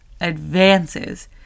advances